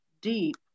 deep